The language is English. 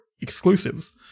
exclusives